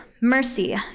mercy